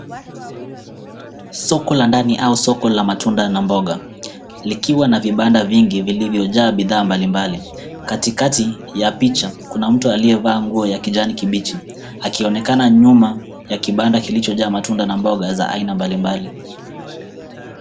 Soko la ndani au soko la matunda na mboga; likiwa na vibanda vingi vilivyojaa bidhaa mbalimbali. Katikati ya picha, kuna mtu aliyevaa nguo ya kijani kibichi, akionekana nyuma ya kibanda kilichojaa matunda na mboga za aina mbalimbali.